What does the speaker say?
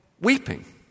weeping